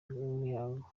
mihango